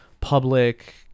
public